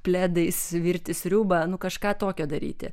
pledais virti sriubą nu kažką tokio daryti